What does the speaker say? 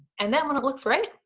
and then when it looks right,